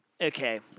Okay